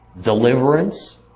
deliverance